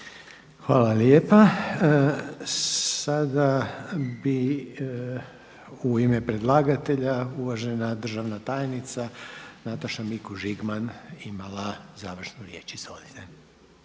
Hvala lijepa. Sada bi u ime predlagatelja uvažena državna tajnica Nataša Mikuš Žigman imala završnu riječ. Izvolite.